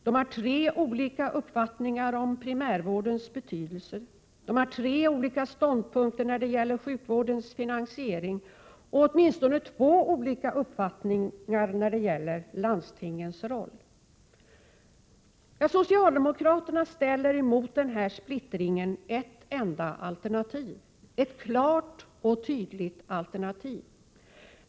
De har tre olika uppfattningar om primärvårdens betydelse. De har tre olika ståndpunkter när det gäller sjukvårdens finansiering och åtminstone två olika uppfattningar om landstingens roll. Mot denna splittring ställer socialdemokraterna ett enda alternativ, ett klart och tydligt alternativ.